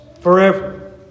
forever